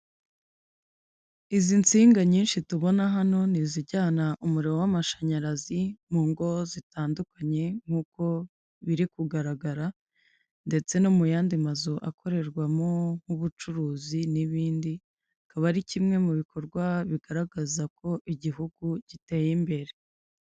Izi nsinga nyinshi tubona hano ni izijyana umuriro w'amashanyarazi mu ngo zitandukanye nk'uko biri kugaragara ndetse no mu yandi mazu akorerwamo nk'ubucuruzi n'ibindi. Akaba ari kimwe mu bikorwa bigaragaza ko igihugu giteye imbere.